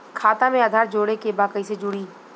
खाता में आधार जोड़े के बा कैसे जुड़ी?